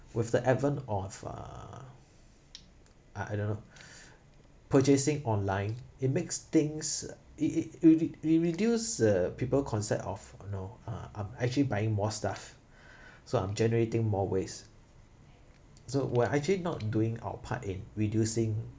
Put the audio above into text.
with the advent of uh I don't know purchasing online it makes things it it re~ re~ it reduce people concept of you know uh I'm actually buying more stuff so I'm generating more waste so we're actually not doing our part in reducing